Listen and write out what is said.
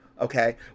Okay